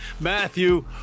Matthew